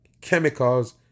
chemicals